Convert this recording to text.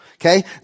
Okay